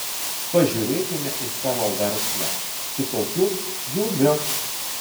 pažiūrėkime į savo verslą kitokiu pjūviu